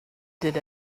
did